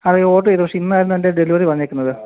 അത് ഓർഡർ ചെയ്തു പക്ഷെ ഇന്നായിരുന്നു അതിന്റെ ഡെലിവറി വന്നേക്കുന്നത്